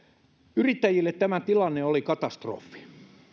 yrittäjille tämä tilanne oli katastrofi